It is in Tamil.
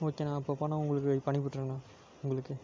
ஓகேண்ணா அப்போது பணம் உங்களுக்கு இப்போ அனுப்பிவுட்டுறேங்கண்ணா உங்களுக்கு